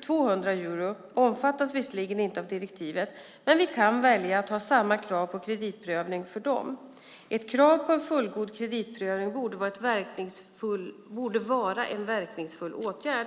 200 euro, omfattas visserligen inte av direktivet, men vi kan välja att ha samma krav på kreditprövning för dem. Ett krav på en fullgod kreditprövning borde vara en verkningsfull åtgärd.